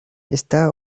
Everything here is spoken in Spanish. está